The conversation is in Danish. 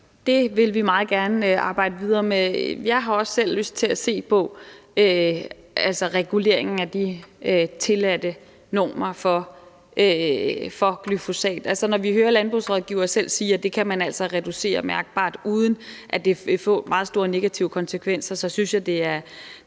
Det vil vi meget gerne arbejde videre med. Jeg har også selv lyst til at se på reguleringen af de tilladte normer for anvendelse af glyfosat. Når vi hører landbrugets rådgivere selv sige, at det kan man altså reducere mærkbart, uden at det vil få meget store negative konsekvenser, så synes jeg, det er